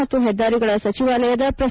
ಮತ್ತು ಹೆದ್ದಾರಿಗಳ ಸಚಿವಾಲಯದ ಪ್ರಸ್ತಾವ